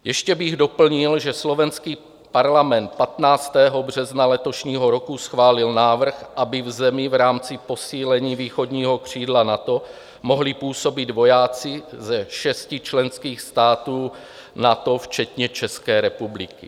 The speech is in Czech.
Ještě bych doplnil, že slovenský parlament 15. března letošního roku schválil návrh, aby v zemi v rámci posílení východního křídla NATO mohli působit vojáci ze šesti členských států NATO včetně České republiky.